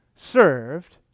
served